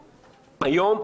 היום,